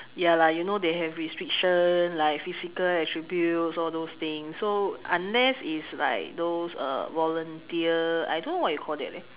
ya lah you know they have restriction like physical attributes all those things so unless it's like those uh volunteer I don't know what you call that leh